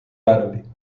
árabe